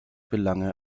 belange